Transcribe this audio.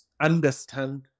understand